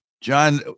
john